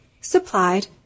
supplied